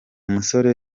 musore